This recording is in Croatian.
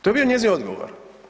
To je bio njezin odgovor.